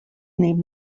named